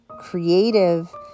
creative